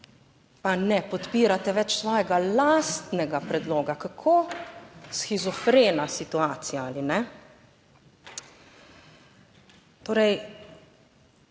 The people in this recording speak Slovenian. pa ne podpirate več svojega lastnega predloga. Kako shizofrena situacija ali ne? Torej,